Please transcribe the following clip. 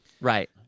Right